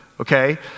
okay